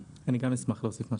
אני גם אשמח להוסיף.